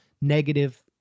negative